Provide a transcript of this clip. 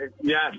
Yes